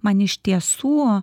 man iš tiesų